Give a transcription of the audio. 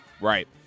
Right